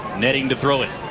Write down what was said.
netting to throw it,